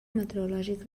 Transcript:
meteorològics